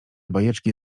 bajeczki